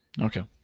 Okay